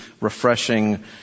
Refreshing